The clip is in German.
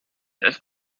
das